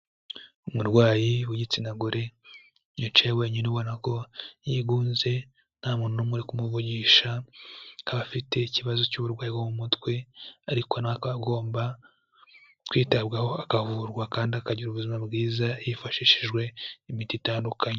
Umurwayi w'igitsina gore yicaye wenyine ubona ko yigunze, nta muntu n'umwe uri kumuvugisha, akaba afite ikibazo cy'uburwayi bwo mu mutwe, ariko na we akaba agomba kwitabwaho, akavurwa kandi akagira ubuzima bwiza, hifashishijwe imiti itandukanye.